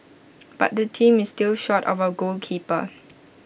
but the team is still short of A goalkeeper